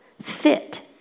fit